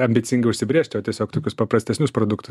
ambicingai užsibrėžt o tiesiog tokius paprastesnius produktus